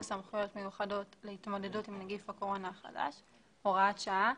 סמכויות מיוחדות להתמודדות עם נגיף הקורונה החדש (הוראת שעה),